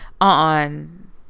on